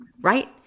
Right